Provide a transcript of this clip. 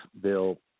bill